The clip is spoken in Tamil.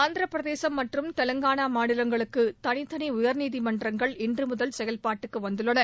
ஆந்திர பிரதேசம் மற்றும் தெலங்கானா மாநிலங்களுக்கு தனித்தனி உயர்நீதிமன்றங்கள் இன்று முதல் செயல்பாட்டுக்கு வந்துள்ளன